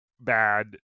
bad